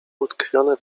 utkwione